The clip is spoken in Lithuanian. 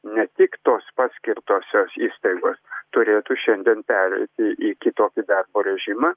ne tik tos paskirtosios įstaigos turėtų šiandien pereiti į kitokį darbo režimą